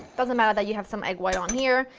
doesn't matter that you have some egg white on here.